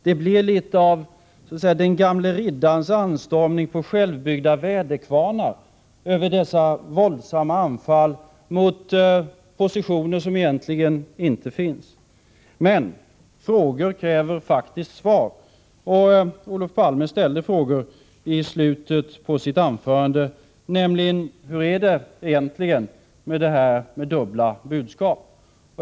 Det är litet av den gamle riddarens anstormning mot självbyggda väderkvarnar över dessa våldsamma anfall mot positioner som egentligen inte finns. Men frågor kräver svar, och Olof Palme frågade i slutet av sitt anförande: Hur är det egentligen med det här med dubbla budskap?